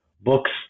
books